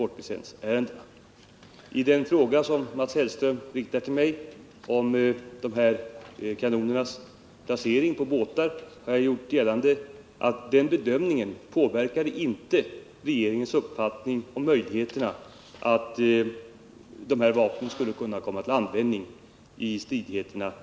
När det gäller den fråga som Mats Hellström riktar till mig om kanonernas placering på båtar har jag redan tidigare sagt att den bedömningen inte påverkade regeringens uppfattning om möjligheterna att vapnen skulle kunna komma till användning i stridigheterna på Timor.